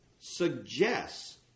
suggests